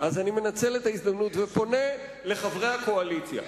אז אני מנצל את ההזדמנות ופונה לחברי הקואליציה.